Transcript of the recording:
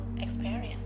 experience